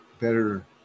better